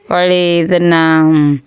ಹೊಳ್ಳೀ ಇದನ್ನು